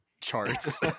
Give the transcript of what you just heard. charts